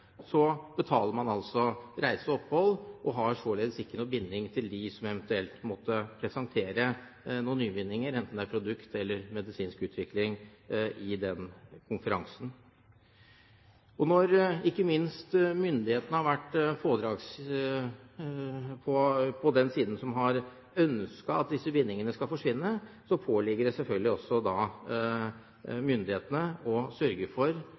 betaler man reise og opphold og har således ikke noen binding til dem som måtte presentere noen nyvinninger, enten det er produkt eller medisinsk utvikling, på konferansen. Når ikke minst myndighetene har vært på den siden som har ønsket at disse bindingene skal forsvinne, påligger det selvfølgelig også myndighetene å sørge for